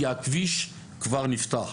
כי הכביש כבר נפתח.